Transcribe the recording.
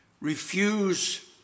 refuse